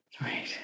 Right